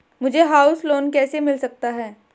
मुझे house loan कैसे मिल सकता है?